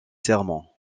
sermons